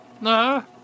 No